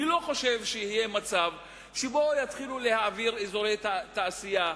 אני לא חושב שיהיה מצב שבו יתחילו להעביר אזורי תעשייה.